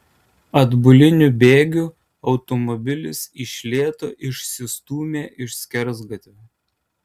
atbuliniu bėgiu automobilis iš lėto išsistūmė iš skersgatvio